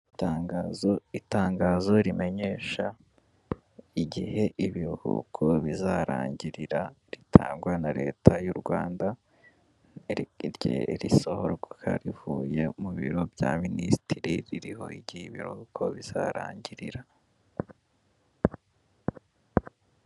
Itangazo, itangazo rimenyesha igihe ibiruhuko bizarangirira, ritangwa na leta y'u Rwanda, risohorwa rivuye mu biro bya minisiteri ririho igihe ibiruhuko bizarangirira.